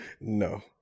No